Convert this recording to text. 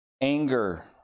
anger